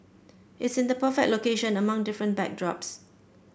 it's in the perfect location among different backdrops